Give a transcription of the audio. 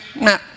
Nah